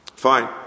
Fine